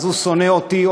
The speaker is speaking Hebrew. אז הוא שונא אותי,